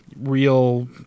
real